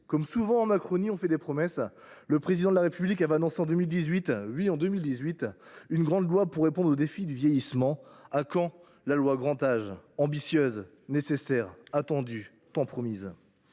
Comme souvent en Macronie, on fait des promesses. Le Président de la République avait annoncé en 2018 une grande loi pour répondre aux défis du vieillissement… À quand la loi Grand Âge, ambitieuse, nécessaire, attendue, tant promise ?